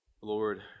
Lord